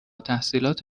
تحصیلات